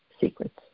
secrets